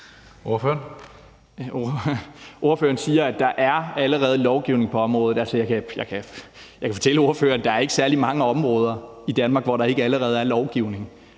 Bjørn (DF): Ordføreren siger, at der allerede er lovgivning på området. Jeg kan fortælle ordføreren, at der ikke er særlig mange områder i Danmark, hvor der ikke allerede er lovgivning.